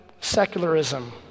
secularism